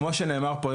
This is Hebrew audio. כמו שנאמר פה,